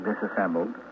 disassembled